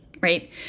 right